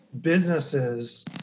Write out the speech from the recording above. businesses